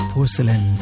Porcelain